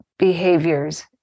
behaviors